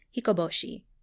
Hikoboshi